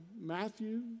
Matthew